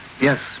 Yes